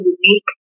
unique